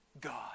God